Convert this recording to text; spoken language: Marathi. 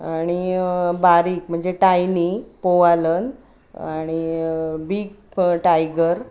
आणि बारीक म्हणजे टायनी पोवालन आणि बिग टायगर